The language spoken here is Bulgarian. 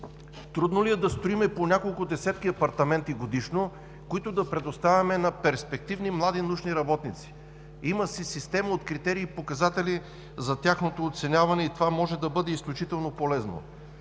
Трудно ли е да строим по няколко десетки апартамента годишно, които да предоставяме на перспективни млади научни работници? Има система от критерии и показатели за тяхното оценяване и това може да бъде изключително полезно.